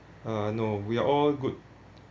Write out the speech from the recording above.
uh no we are all good